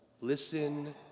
Listen